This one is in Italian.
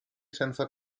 senza